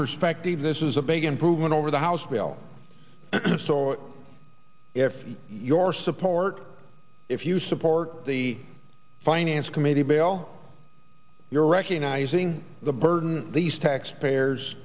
perspective this is a big improvement over the house bill stuart if your support if you support the finance committee bill you're recognizing the burden these tax payers